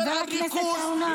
חבר הכנסת עטאונה.